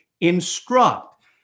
instruct